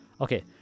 Okay